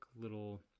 little